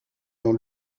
dans